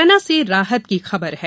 मुरैना से राहत की खबर है